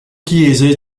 chiese